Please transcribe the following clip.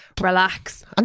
Relax